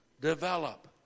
develop